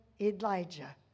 Elijah